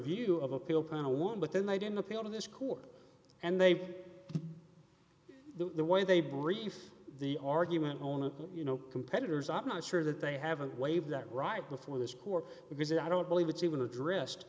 view of appeal put on a woman but then they didn't appeal to this court and they the way they brief the argument only you know competitors i'm not sure that they haven't waive that right before this court because i don't believe it's even addressed